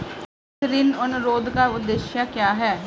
इस ऋण अनुरोध का उद्देश्य क्या है?